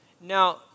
Now